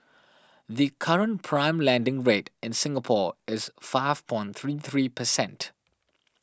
the current prime lending rate in Singapore is five three three percent